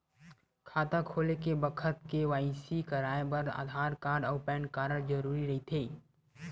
खाता खोले के बखत के.वाइ.सी कराये बर आधार कार्ड अउ पैन कार्ड जरुरी रहिथे